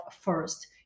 first